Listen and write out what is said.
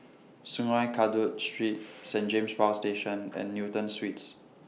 Sungei Kadut Street Saint James Power Station and Newton Suites